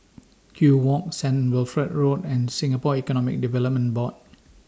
Kew Walk Saint Wilfred Road and Singapore Economic Development Board